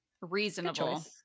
reasonable